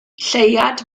lleuad